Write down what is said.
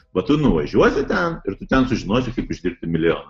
va tu nuvažiuosi ten ir tu ten sužinosi kaip uždirbti milijoną